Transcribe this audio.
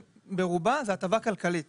מהי התשובה לגבי זה?